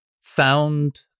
found